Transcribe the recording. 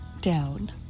down